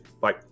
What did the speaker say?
Bye